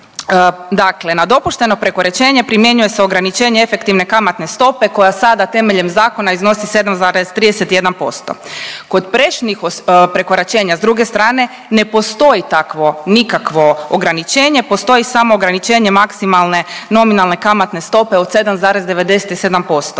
dakle na dopušteno prekoračenje primjenjuje se ograničenje efektivne kamatne stope koja sada temeljem zakona iznosi 7,31%. Kod prešutnih prekoračenja s druge strane ne postoji takvo nikakvo ograničenje postoji samo ograničenje maksimalne nominalne kamatne stope od 7,97%.